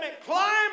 Climb